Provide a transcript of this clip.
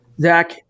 Zach